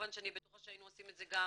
כמובן שאני בטוחה שהיינו עושים את זה גם